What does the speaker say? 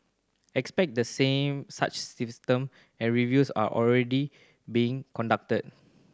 except the same such systems and reviews are already being conducted